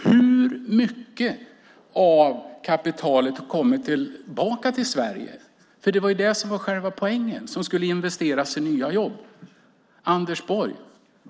Hur mycket av kapitalet kom tillbaka till Sverige? Det var poängen, och det skulle investeras i nya jobb.